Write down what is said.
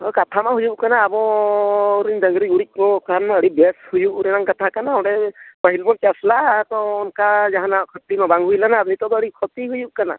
ᱦᱳᱭ ᱠᱟᱛᱷᱟᱢᱟ ᱦᱩᱭᱩᱜ ᱠᱟᱱᱟ ᱟᱵᱚ ᱨᱮᱱ ᱰᱟᱹᱝᱨᱤ ᱜᱩᱨᱤᱡ ᱠᱚ ᱠᱷᱟᱱᱢᱟ ᱟᱹᱰᱤ ᱵᱮᱥ ᱦᱩᱭᱩᱜ ᱨᱮᱱᱟᱜ ᱠᱟᱛᱷᱟ ᱠᱟᱱᱟ ᱚᱸᱰᱮ ᱯᱟᱹᱦᱤᱞ ᱵᱚᱱ ᱪᱟᱥ ᱞᱟᱜᱼᱟ ᱟᱫᱚ ᱚᱱᱠᱟ ᱡᱟᱦᱟᱱᱟᱜ ᱠᱷᱚᱛᱤᱢᱟ ᱵᱟᱝ ᱦᱩᱭ ᱞᱮᱱᱟ ᱟᱨ ᱱᱤᱛᱚᱜᱼᱢᱟ ᱟᱹᱰᱤ ᱠᱷᱚᱛᱤ ᱦᱩᱭᱩᱜ ᱠᱟᱱᱟ